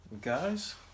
Guys